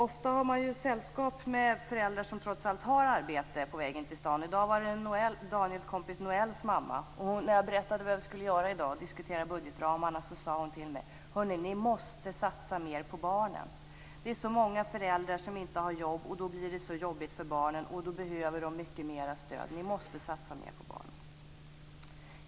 Ofta har man ju sällskap på väg in till stan med föräldrar som trots allt har arbete. I dag var det Daniels kompis Noëls mamma. När jag berättade att vi skulle diskutera budgetramarna i dag sade hon till mig: Ni måste satsa mer på barnen! Det är så många föräldrar som inte har jobb, och då blir det så jobbigt för barnen. Då behöver de mycket mera stöd. Ni måste satsa mer på barnen!